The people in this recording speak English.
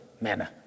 manner